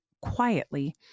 quietly